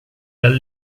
dal